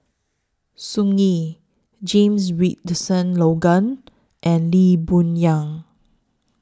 Tsung Yeh James Richardson Logan and Lee Boon Yang